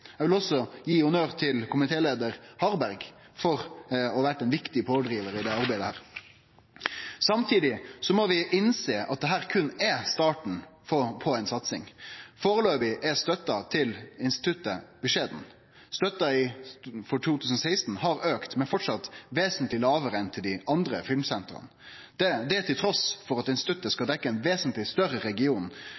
Eg vil også gi honnør til komitéleiar Harberg for å ha vore ein viktig pådrivar i dette arbeidet. Samtidig må vi innsjå at dette berre er starten på ei satsing. Førebels er støtta til instituttet beskjeden. Støtta for 2016 har auka, men er framleis vesentleg lågare enn til dei andre filmsentra – det trass i at instituttet skal